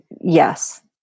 yes